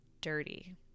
dirty